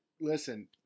listen